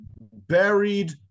buried